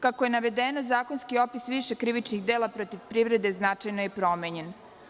Kako je navedeno zakonski opis više krivičnih dela protiv privrede, značajno je promenjen.